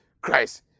Christ